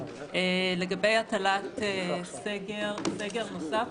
לגבי הטלת סגר נוסף,